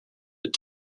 its